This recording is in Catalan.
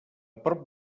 prop